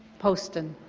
poston